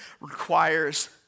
requires